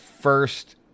first